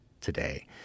today